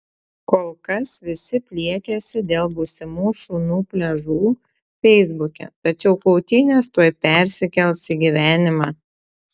kol kas visi pliekiasi dėl būsimų šunų pliažų feisbuke tačiau kautynės tuoj persikels į gyvenimą